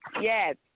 Yes